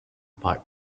pipe